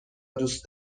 دوست